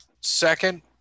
second